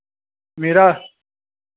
मेरा